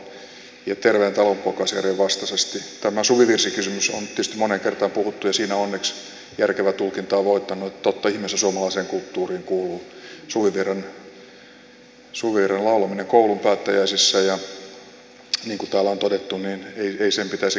tästä suvivirsikysymyksestä on tietysti moneen kertaan puhuttu ja siinä onneksi järkevä tulkinta on voittanut että totta ihmeessä suomalaiseen kulttuuriin kuuluu suvivirren laulaminen koulun päättäjäisissä ja niin kuin täällä on todettu ei sen pitäisi ketään loukata